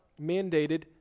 mandated